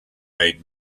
made